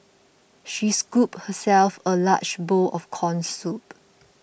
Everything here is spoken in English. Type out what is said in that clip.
she scooped herself a large bowl of Corn Soup